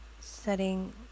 setting